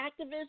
activists